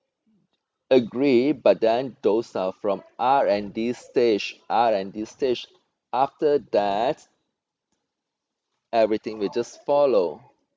agree but then those are from r and d stage r and d stage after that everything we just follow